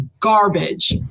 garbage